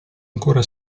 ancora